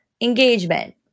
engagement